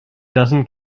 doesn’t